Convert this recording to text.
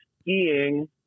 skiing